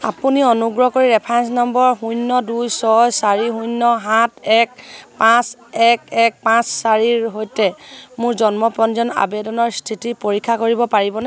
আপুনি অনুগ্ৰহ কৰি ৰেফাৰেন্স নম্বৰ শূন্য দুই ছয় চাৰি শূন্য সাত এক পাঁচ এক এক পাঁচ চাৰিৰ সৈতে মোৰ জন্ম পঞ্জীয়ন আবেদনৰ স্থিতি পৰীক্ষা কৰিব পাৰিবনে